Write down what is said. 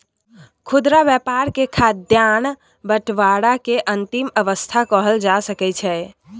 खुदरा व्यापार के खाद्यान्न बंटवारा के अंतिम अवस्था कहल जा सकइ छइ